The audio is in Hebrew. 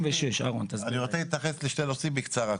אני רוצה להתייחס לשני נושאים בקצרה.